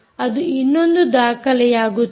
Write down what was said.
ಅದು ಇನ್ನೊಂದು ದಾಖಲೆಯಾಗುತ್ತದೆ